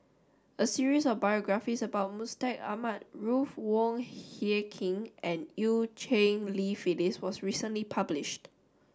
a series of biographies about Mustaq Ahmad Ruth Wong Hie King and Eu Cheng Li Phyllis was recently published